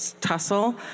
tussle